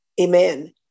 Amen